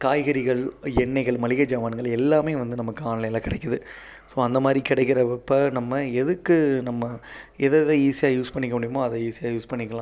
காய்கறிகள் எண்ணெய்கள் மளிகை சாமான்கள் எல்லாமே வந்து நமக்கு ஆன்லைனில் கிடைக்குது ஸோ அந்தமாதிரி கிடைக்குறப்ப நம்ம எதுக்கு நம்ம எதை எதை ஈஸியாக யூஸ் பண்ணிக்க முடியுமோ அதை ஈஸியாக யூஸ் பண்ணிக்கலாம்